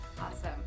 Awesome